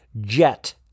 jet